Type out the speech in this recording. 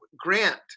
Grant